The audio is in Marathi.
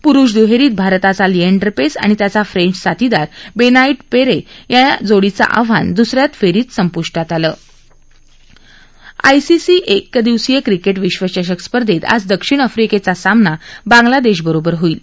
पुरुष दुहेरीत भारताचा लिएंडर पेस आणि त्याचा फ्रेंच साथीदार बेनॉईट पैरे जोडीचं आव्हान दुसऱ्या फेरीतच संपुष्टात आलं आयसीसी एक दिवसीय क्रिकेट विश्वचषक स्पर्धेत आज दक्षिण आफ्रिकेचा सामना बांग्लादेशबरोबर होईल